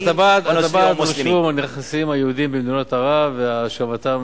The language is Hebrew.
אז אתה בעד רישום הנכסים היהודיים במדינות ערב והשבתם.